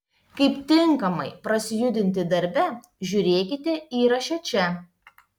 kaip tinkamai prasijudinti darbe žiūrėkite įraše čia